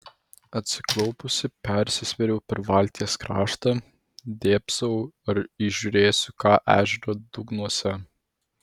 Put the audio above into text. atsiklaupusi persisvėriau per valties kraštą dėbsau ar įžiūrėsiu ką ežero dugnuose